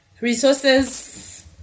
Resources